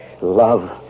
love